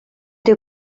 dyw